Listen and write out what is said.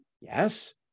yes